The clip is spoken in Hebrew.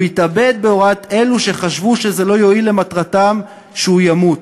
הוא התאבד בהוראת אלו שחשבו שזה לא יועיל למטרתם שהוא ימות.